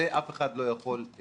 את זה כנראה שאף אחד לא יכול לשנות.